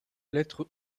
lettre